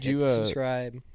subscribe